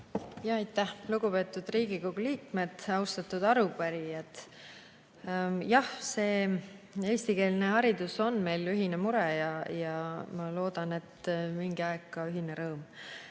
Aitäh! Lugupeetud Riigikogu liikmed! Austatud arupärijad! Jah, see eestikeelne haridus on meil ühine mure ja ma loodan, et mingi aeg ka ühine rõõm.